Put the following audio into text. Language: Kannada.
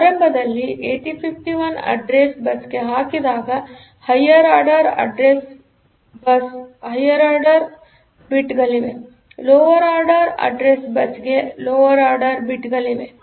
ಆರಂಭದಲ್ಲಿ 8051 ಅಡ್ರೆಸ್ವನ್ನು ಅಡ್ರೆಸ್ ಬಸ್ಗೆ ಹಾಕಿದಾಗಹೈಯರ್ ಆರ್ಡರ್ ಅಡ್ರೆಸ್ ಬಸ್ನಲ್ಲಿ ಹೈಯರ್ ಆರ್ಡರ್ ಆರ್ಡರ್ ಗಳಿವೆ ಲೋವರ್ ಆರ್ಡರ್ ಅಡ್ರೆಸ್ ಬಸ್ನಲ್ಲಿ ಎ 0 ರಿಂದ ಎ 7 ಬಿಟ್ ಗಳಿವೆ